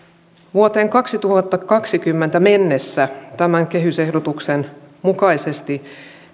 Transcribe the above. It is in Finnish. vuoteen kaksituhattakaksikymmentä mennessä tämän kehysehdotuksen mukaisesti